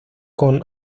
con